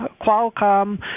Qualcomm